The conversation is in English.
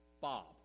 Bob